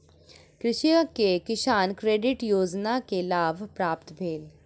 कृषक के किसान क्रेडिट कार्ड योजना के लाभ प्राप्त भेल